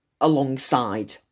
alongside